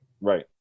right